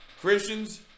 Christians